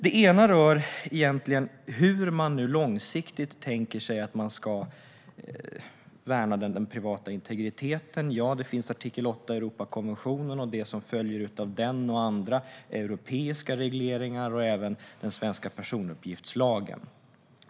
Den ena rör hur man långsiktigt tänker sig att man ska värna den privata integriteten. Ja, det finns artikel 8 i Europakonventionen och det som följer av den och andra europeiska regleringar. Det finns även den svenska personuppgiftslagen.